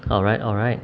alright alright